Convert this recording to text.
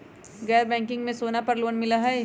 गैर बैंकिंग में सोना पर लोन मिलहई?